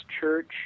Church